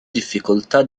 difficoltà